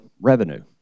revenue